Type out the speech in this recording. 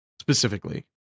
specifically